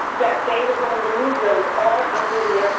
that they were going to move those all under the ah